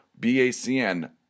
BACN